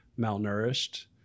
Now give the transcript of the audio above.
malnourished